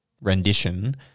rendition